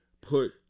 put